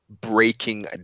breaking